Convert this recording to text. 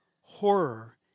horror